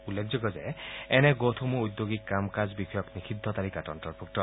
উল্লেখযোগ্য যে এনে গোটসমূহ ওদ্যোগিক কাম কাজ বিষয়ক নিষিদ্ধ তালিকাত অন্তৰ্ভুক্ত